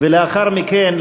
ולאחר מכן,